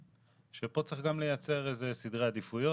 שפה צריך גם לייצר איזה סדרי עדיפויות.